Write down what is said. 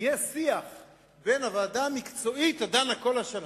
ניסינו לקיים דו-שיח על הדבר הזה,